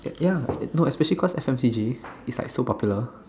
ya no especially because S_M_T_G is like so popular